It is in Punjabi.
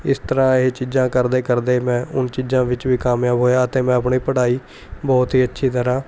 ਇਸ ਤਰ੍ਹਾਂ ਇਹ ਚੀਜ਼ਾਂ ਕਰਦੇ ਕਰਦੇ ਮੈਂ ਉਨ੍ਹਾਂ ਚੀਜ਼ਾਂ ਵਿੱਚ ਵੀ ਕਾਮਯਾਬ ਹੋਇਆ ਅਤੇ ਮੈਂ ਆਪਣੀ ਪੜ੍ਹਾਈ ਬਹੁਤ ਹੀ ਅੱਛੀ ਤਰ੍ਹਾਂ